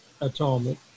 atonement